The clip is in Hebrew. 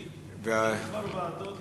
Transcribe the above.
אם כבר ועדות,